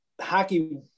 hockey